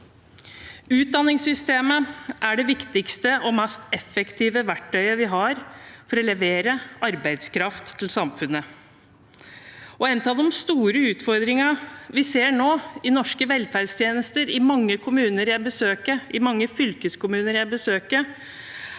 Utdanningssystemet er det viktigste og mest effektive verktøyet vi har for å levere arbeidskraft til samfunnet. En av de store utfordringene vi nå ser i norske velferdstjenester i mange kommuner og fylkeskommuner jeg besøker,